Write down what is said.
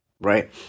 right